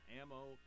ammo